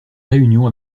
réunion